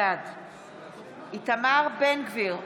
בעד איתמר בן גביר,